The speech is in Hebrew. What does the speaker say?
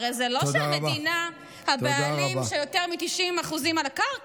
הרי זה לא שהמדינה הבעלים של יותר מ-90% מהקרקע.